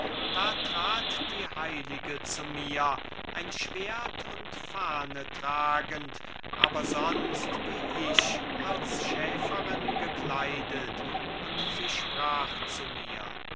da trat die heilige zu mir ein schwert und fahne tragend aber sonst wie ich als schäferin gekleidet und sie sprach zu mir